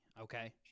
okay